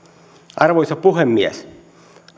arvoisa puhemies